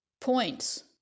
points